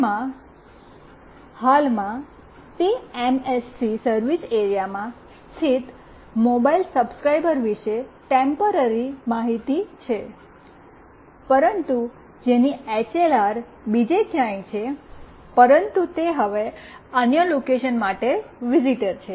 તેમાં હાલમાં તે એમએસસી સર્વિસ એરિયામાં સ્થિત મોબાઇલ સબ્સ્ક્રાઇબર વિશે ટેમ્પરરી માહિતી છે પરંતુ જેની એચએલઆર બીજે ક્યાંય છે પરંતુ તે હવે અન્ય લોકેશન માટે વિઝિટર છે